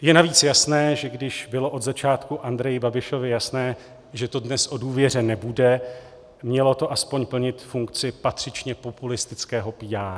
Je navíc jasné, že když bylo od začátku Andreji Babišovi jasné, že to dnes o důvěře nebude, mělo to aspoň plnit funkci patřičně populistického PR.